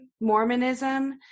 Mormonism